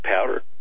powder